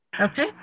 Okay